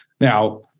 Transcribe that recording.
now